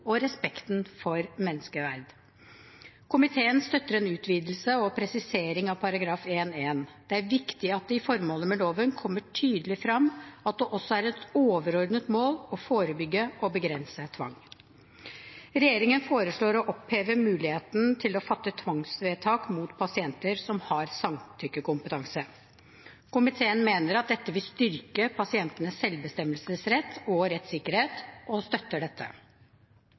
og respekten for menneskeverdet. Komiteen støtter en utvidelse og presisering av § 1-1. Det er viktig at det i formålet med loven kommer tydelig frem at det også er et overordnet mål å forebygge og begrense tvang. Regjeringen foreslår å oppheve muligheten til å fatte tvangsvedtak mot pasienter som har samtykkekompetanse. Komiteen mener at dette vil styrke pasientenes selvbestemmelsesrett og rettssikkerhet, og støtter dette.